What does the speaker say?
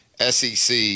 SEC